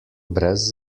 brez